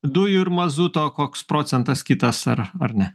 dujų ir mazuto koks procentas kitas ar ar ne